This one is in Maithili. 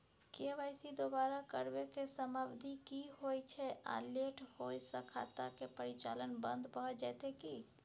के.वाई.सी दोबारा करबै के समयावधि की होय छै आ लेट होय स खाता के परिचालन बन्द भ जेतै की?